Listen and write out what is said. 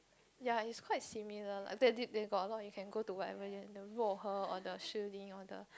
ya it's quite similar lah they they got a lot you can go to whatever the Ruohe or the Shilin or the